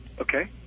Okay